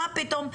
מה פתאום,